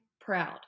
proud